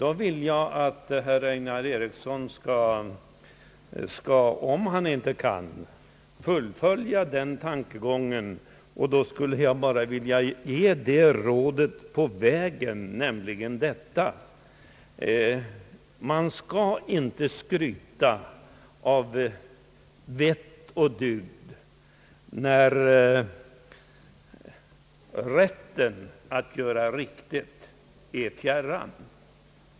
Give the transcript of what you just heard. Om herr Einar Eriksson inte kan fullfölja den tanken, vill jag ge honom ett råd på vägen, nämligen detta: Man skall inte skryta om vett och dygd, när förmågan att göra rätt är fjärran.